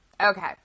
Okay